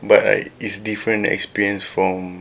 but like it's different experience from